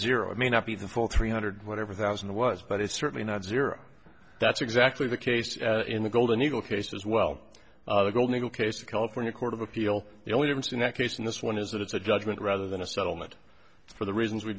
zero i may not be the full three hundred whatever thousand was but it's certainly not zero that's exactly the case as in the golden eagle case as well the golden eagle case a california court of appeal the only difference in that case in this one is that it's a judgment rather than a settlement for the reasons we